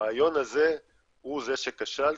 הרעיון הזה הוא זה שכשל,